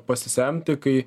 pasisemti kai